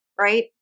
right